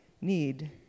need